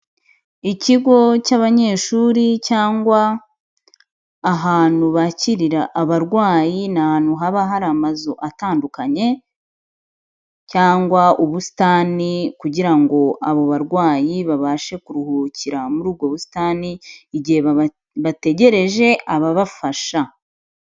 Ikigo cy'abanyeshuri, cyangwa ahantu bakirira abarwayi, ni ahantu haba hari amazu atandukanye, cyangwa ubusitani kugira ngo abo barwayi babashe kuruhukira muri ubwo busitani, igihe bategereje ababafasha.